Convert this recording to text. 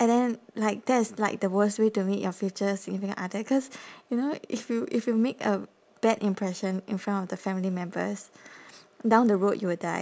and then like that is like the worst way to meet your future significant other cause you know if you if you make a bad impression in front of the family members down the road you will die